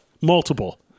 Multiple